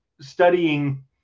studying